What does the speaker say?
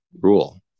rule